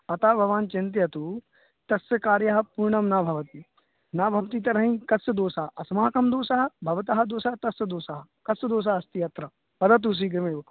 अतः भवान् चिन्त्यतु तस्य कार्यः पूर्णं न भवति न भवति तर्हि कस्य दोषः अस्माकं दोषः भवतः दोषः तस्य दोषः कस्य दोषः अस्ति अत्र वदतु शीघ्रमेव